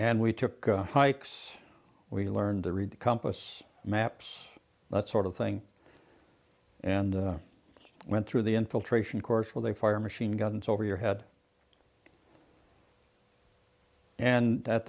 and we took hikes we learned to read compass maps that sort of thing and went through the infiltration course with a fire machine guns over your head and at